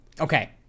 Okay